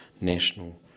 national